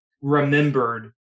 remembered